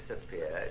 disappeared